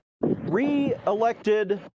re-elected